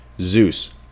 Zeus